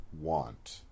want